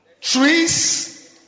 trees